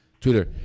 Twitter